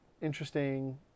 interesting